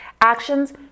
actions